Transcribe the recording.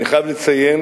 אני חייב לציין